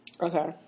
Okay